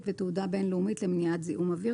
ותעודה בין-לאומית למניעת זיהום אוויר,